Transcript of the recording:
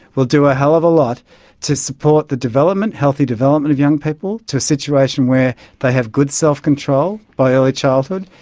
will do a hell of a lot to support the healthy development of young people to a situation where they have good self-control by early childhood.